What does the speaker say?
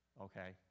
Okay